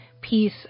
peace